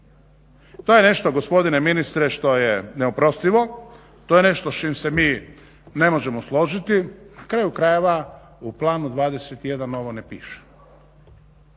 To je nešto gospodine ministre što je neoprostivo, to je nešto s čim se mi ne možemo složiti. Na kraju krajeva u Planu 21 ovo ne piše.